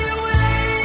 away